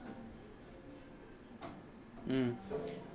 mm